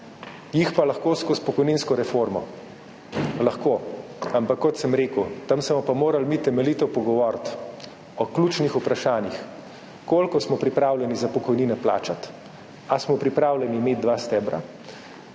Jih pa lahko skozi pokojninsko reformo. Lahko, ampak kot sem rekel, tam se bomo pa morali mi temeljito pogovoriti o ključnih vprašanjih – koliko smo pripravljeni plačati za pokojnine, ali smo pripravljeni imeti dva stebra,